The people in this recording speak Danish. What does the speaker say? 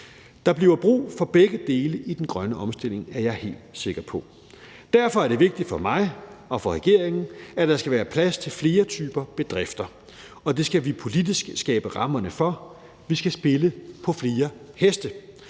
Der bliver brug for begge dele i den grønne omstilling, er jeg helt sikker på. Derfor er det vigtigt for mig og for regeringen, at der skal være plads til flere typer bedrifter, og det skal vi politisk skabe rammerne for. Vi skal spille på flere heste.